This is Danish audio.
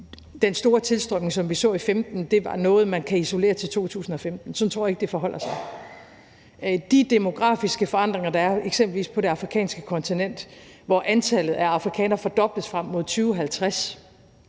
den store tilstrømning, som vi så i 2015, var noget, som man kan isolere til 2015. Sådan tror jeg ikke det forholder sig. De demografiske forandringer, der er eksempelvis på det afrikanske kontinent, hvor antallet af afrikanere fordobles frem mod 2050